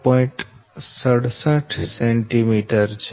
67 cm છે